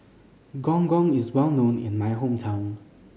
Gong Gong is well known in my hometown